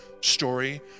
story